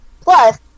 Plus